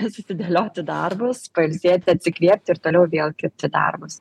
susidėlioti darbus pailsėti atsikvėpti ir toliau vėl kibt į darbus